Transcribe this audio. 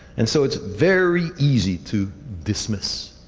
and so, it's very easy to dismiss.